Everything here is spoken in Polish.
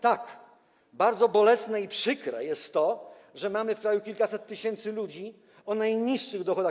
Tak, bardzo bolesne i przykre jest to, że mamy w kraju kilkaset tysięcy ludzi o najniższych dochodach.